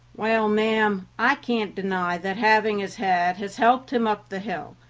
well, ma'am, i can't deny that having his head has helped him up the hill,